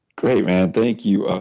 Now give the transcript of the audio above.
great man. thank you. ah